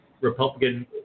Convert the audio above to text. Republican